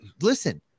Listen